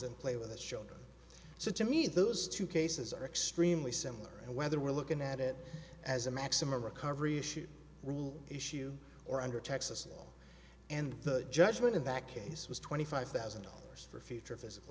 and play with the shoulder so to me those two cases are extremely similar and whether we're looking at it as a maximum recovery issue rule issue or under texas law and the judgment in that case was twenty five thousand dollars for future physical